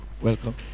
Welcome